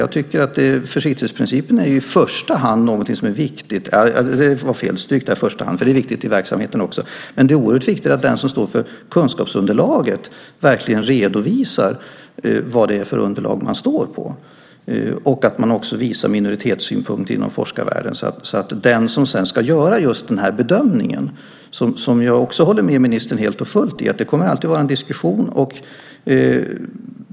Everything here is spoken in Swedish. Jag tycker att försiktighetsprincipen i första hand är något som är viktigt här - nej, inte i första hand, för det är viktigt i verksamheten också, men det är oerhört viktigt att den som står för kunskapsunderlaget verkligen redovisar vad det är för underlag man står på och att man också visar minoritetssynpunkter inom forskarvärlden för dens skull som sedan ska göra just den här bedömningen. Jag håller med ministern helt och fullt i att det alltid kommer att vara en diskussion.